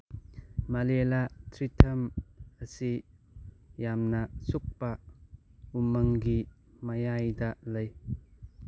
ꯃꯂꯦꯂꯥ ꯊ꯭ꯔꯤꯊꯝ ꯑꯁꯤ ꯌꯥꯝꯅ ꯁꯨꯛꯄ ꯎꯃꯪꯒꯤ ꯃꯌꯥꯏꯗ ꯂꯩ